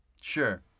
Sure